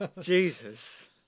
Jesus